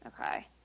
Okay